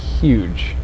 huge